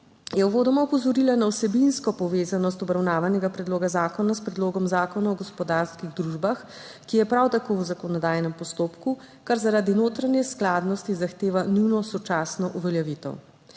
je uvodoma opozorila na vsebinsko povezanost obravnavanega predloga zakona s predlogom zakona o gospodarskih družbah, ki je prav tako v zakonodajnem postopku, kar zaradi notranje skladnosti zahteva njuno sočasno uveljavitev.